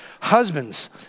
Husbands